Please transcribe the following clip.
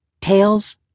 Tails